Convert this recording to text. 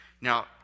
Now